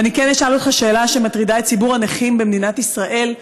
ואני כן אשאל אותך שאלה שמטרידה את ציבור הנכים במדינת ישראל.